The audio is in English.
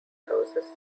houses